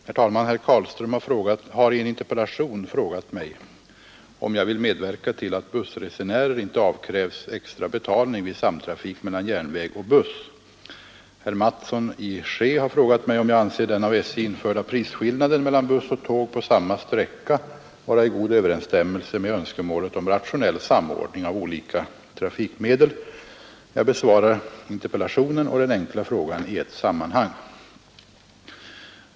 Herr talman! Herr Carlström har i en interpellation frågat mig om jag vill medverka till att bussresenärer inte avkrävs extrabetalning vid samtrafik mellan järnväg och buss Herr Mattsson i Skee har frågat mig om jag anser den av SJ införda prisskillnaden mellan buss och tåg på samma sträcka vara i god överensstämmelse med önskemålet om rationell samordning av olika trafikmedel. Jag besvarar interpellationen och den enkla frågan i ett sammanhang.